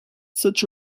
such